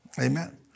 Amen